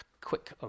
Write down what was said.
quick